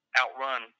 outrun